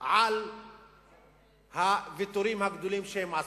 על הוויתורים הגדולים שהם עשו.